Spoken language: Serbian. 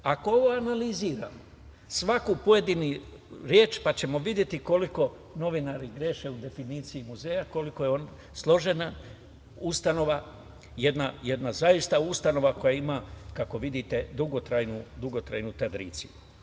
Ako ovo analiziramo, svaku pojedinu reč, pa ćemo videti koliko novinari greše u definiciji muzeja, koliko je on složena ustanova, jedna zaista ustanova, kako vidite, dugotrajnu tradiciji.